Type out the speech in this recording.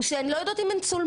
הוא שהן לא יודעות אם הן צולמו,